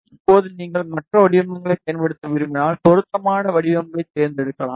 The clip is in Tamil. இப்போது நீங்கள் மற்ற வடிவங்களைப் பயன்படுத்த விரும்பினால் பொருத்தமான வடிவமைப்பைத் தேர்ந்தெடுக்கலாம்